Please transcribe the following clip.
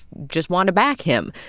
just want to back him.